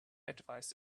advice